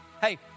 Hey